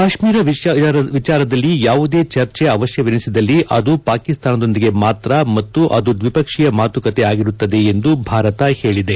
ಕಾಶ್ಮೀರ ವಿಚಾರದಲ್ಲಿ ಯಾವುದೇ ಚರ್ಚೆ ಅವಶ್ಯವೆನಿಸಿದಲ್ಲಿ ಅದು ಪಾಕಿಸ್ತಾನದೊಂದಿಗೆ ಮಾತ್ರ ಮತ್ತು ಅದು ದ್ವಿಪಕ್ಷೀಯ ಮಾತುಕತೆ ಆಗಿರುತ್ತದೆ ಎಂದು ಭಾರತ ಹೇಳಿದೆ